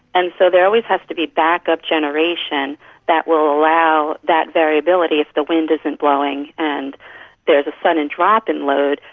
and so there always has to be backup generation that will allow that variability if the wind isn't blowing and there's a sudden drop in load,